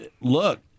look